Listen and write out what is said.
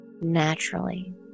naturally